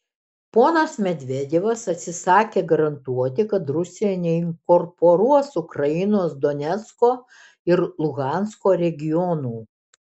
ponas medvedevas atsisakė garantuoti kad rusija neinkorporuos ukrainos donecko ir luhansko regionų